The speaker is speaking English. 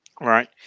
right